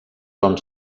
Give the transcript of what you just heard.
com